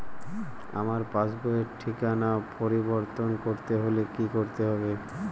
আমার পাসবই র ঠিকানা পরিবর্তন করতে হলে কী করতে হবে?